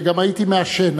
וגם הייתי מעשן,